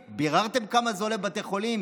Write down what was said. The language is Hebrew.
כלים חד-פעמיים, ביררתם כמה זה עולה לבתי חולים?